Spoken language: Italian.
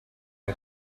una